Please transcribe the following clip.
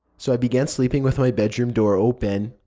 so i began sleeping with my bedroom door open.